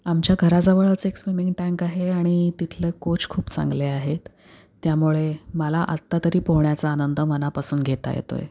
आमच्या घराजवळच एक स्विमिंग टँक आहे आणि तिथलं कोच खूप चांगले आहेत त्यामुळे मला आत्ता तरी पोहण्याचा आनंद मनापासून घेता येतो आहे